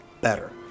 better